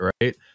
right